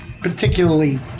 particularly